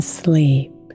sleep